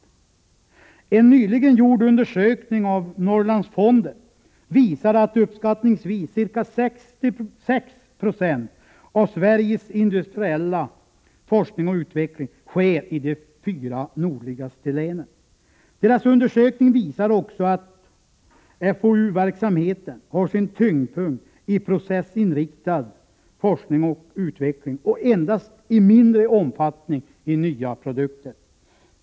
Enligt en nyligen gjord undersökning av Norrlandsfonden sker uppskattningsvis ca 6 96 av Sveriges industriella forskning och utveckling i de fyra nordligaste länen. Fondens undersökning gav också vid handen att FoU verksamheten har sin tyngdpunkt i processinriktad forskning och utveckling och endast i mindre omfattning avser nya produkter.